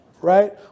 right